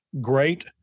great